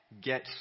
Get